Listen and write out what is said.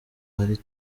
hari